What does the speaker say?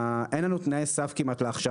אין לנו כמעט תנאי סף להכשרה.